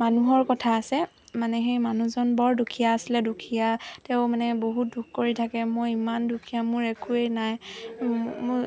মানুহৰ কথা আছে মানে সেই মানুহজন বৰ দুখীয়া আছিলে দুখীয়া তেওঁ মানে বহুত দুখ কৰি থাকে মই ইমান দুখীয়া মোৰ একোৱেই নাই মোৰ